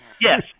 Yes